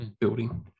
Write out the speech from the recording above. building